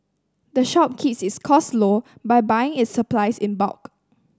the shop keeps its costs low by buying its supplies in bulk